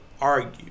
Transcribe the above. argue